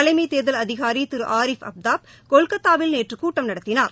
தலைமைத் தேர்தல் அதிகாரி திரு ஆரிஃப் அப்தாப் கொல்கத்தாவில் நேற்று கூட்டம் நடத்தினார்